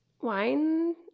wine